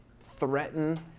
threaten